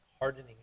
Hardening